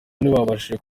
ntibabashije